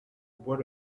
bois